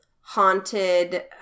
haunted